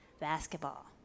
Basketball